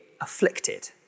afflicted